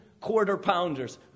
quarter-pounders